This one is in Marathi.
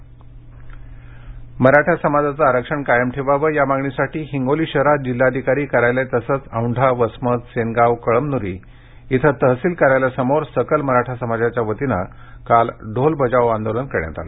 मराठा आंदोलन मराठा समाजाचे आरक्षण कायम ठेवावे या मागणीसाठी हिंगोली शहरात जिल्हाधिकारी कार्यालय तसेच औंढा वसमत सेनगाव कळमनुरी इथं तहसील कार्यालयासमोर सकल मराठा समाजाच्या वतीनं काल ढोल बजाव आंदोलन करण्यात आलं